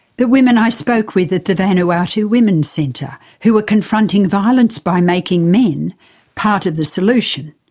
the women i spoke with at the vanuatu women's centre who are confronting violence by making men part of the solution.